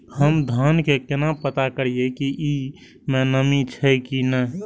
हम धान के केना पता करिए की ई में नमी छे की ने?